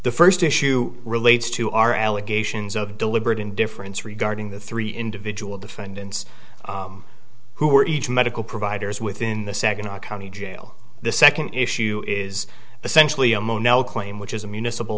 the first issue relates to our allegations of deliberate indifference regarding the three individual defendants who were each medical providers within the second a county jail the second issue is essentially a mono claim which is a municipal